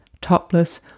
topless